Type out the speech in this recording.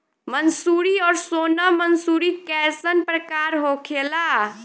मंसूरी और सोनम मंसूरी कैसन प्रकार होखे ला?